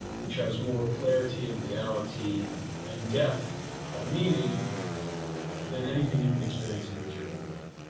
which has more clarity and reality and depth of meaning than anything you can experience in the material world.